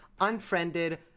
Unfriended